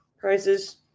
prizes